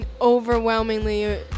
overwhelmingly